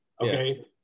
Okay